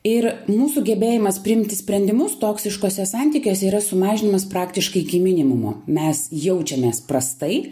ir mūsų gebėjimas priimti sprendimus toksiškuose santykiuose yra sumažinamas praktiškai iki minimumo mes jaučiamės prastai